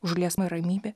užliesma ramybė